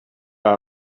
are